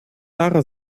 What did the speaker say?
lara